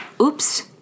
Oops